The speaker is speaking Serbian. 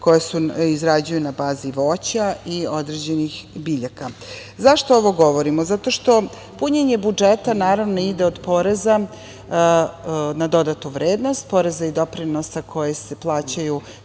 koja su izrađena na bazi voća i određenih biljaka.Zašto ovo govorimo, zato što punjenje budžeta naravno ide od poreza na dodatu vrednost poreza i doprinosa koji se plaćaju